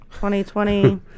2020